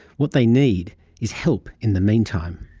what they need is help in the meantime.